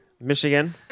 Michigan